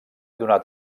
donat